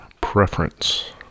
preference